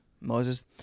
Moses